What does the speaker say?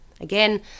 Again